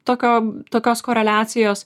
tokio tokios koreliacijos